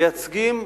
מייצגים